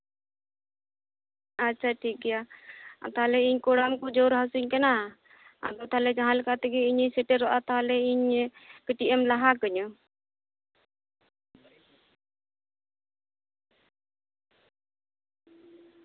ᱟᱪᱪᱷᱟ ᱴᱷᱤᱠᱜᱮᱭᱟ ᱛᱟᱞᱦᱮ ᱤᱧ ᱠᱚᱲᱟᱢ ᱠᱚ ᱟᱹᱰᱤ ᱡᱳᱨ ᱦᱟᱥᱩᱧ ᱠᱟᱱᱟ ᱟᱫᱚ ᱛᱟᱞᱦᱮ ᱡᱟᱦᱟᱸᱞᱮᱠᱟ ᱛᱮᱜᱮ ᱤᱧᱤᱹ ᱥᱮᱴᱮᱨᱚᱜᱼᱟ ᱛᱟᱞᱦᱮ ᱤᱧ ᱠᱟᱹᱴᱤᱡ ᱮᱢ ᱞᱟᱦᱟ ᱠᱟᱹᱧᱟᱹ